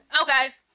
Okay